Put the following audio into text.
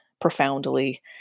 profoundly